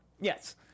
Yes